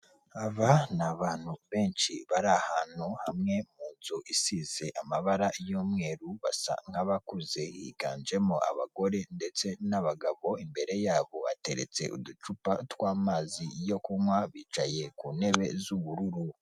Aba ni abantu benshi bari ahantu hamwe mu nzu isize amabara y'umweru basa nkabakuze, higanjemo abagore ndetse n'abagabo, imbere yabo hateretse uducupa tw'amazi yo kunywa, bicaye ku ntebe z'ubururu.